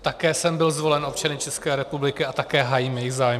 Také jsem byl zvolen občany České republiky a také hájím jejich zájmy.